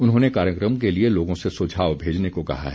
उन्होंने कार्यक्रम के लिए लोगों से सुझाव भेजने को कहा है